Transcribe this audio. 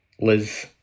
Liz